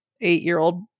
eight-year-old